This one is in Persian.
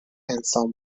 انسان